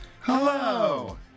hello